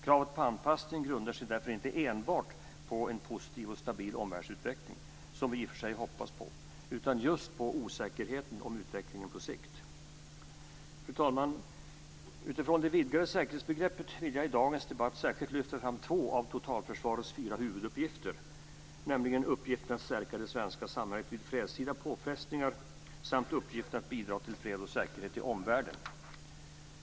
Kravet på anpassning grundar sig därför inte enbart på en positiv och stabil omvärldsutveckling, som vi i och för sig hoppas på, utan just på osäkerheten om utvecklingen på sikt. Fru talman! Utifrån det vidgade säkerhetsbegreppet vill jag i dagens debatt särskilt lyfta fram två av totalförsvarets fyra huvuduppgifter, nämligen uppgiften att stärka det svenska samhället vid fredstida påfrestningar samt uppgiften att bidra till fred och säkerhet i omvärlden.